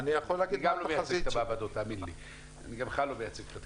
אני גם לא מייצג את המעבדות,